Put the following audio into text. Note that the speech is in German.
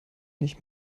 nicht